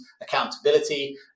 accountability